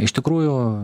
iš tikrųjų